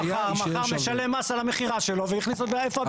אז ישלם מס על המכירה שלו ומכניס עוד בעלים.